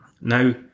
Now